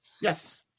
Yes